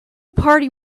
party